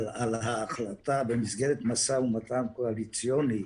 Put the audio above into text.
ההחלטה במסגרת משא ומתן קואליציוני